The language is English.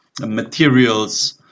materials